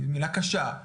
מילה קשה,